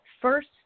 first